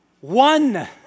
one